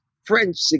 french